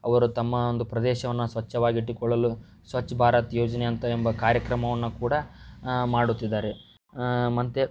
ಅವರು ತಮ್ಮ ಒಂದು ಪ್ರದೇಶವನ್ನು ಸ್ವಚ್ಛವಾಗಿಟ್ಟುಕೊಳ್ಳಲು ಸ್ವಚ್ಛ ಭಾರತ್ ಯೋಜನೆಯಂಥ ಎಂಬ ಕಾರ್ಯಕ್ರಮವನ್ನು ಕೂಡ ಮಾಡುತ್ತಿದ್ದಾರೆ ಮತ್ತು